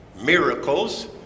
miracles